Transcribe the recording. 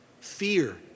Fear